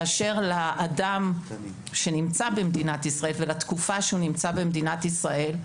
באשר לאדם שנמצא במדינת ישראל ולתקופה שהוא נמצא במדינת ישראל.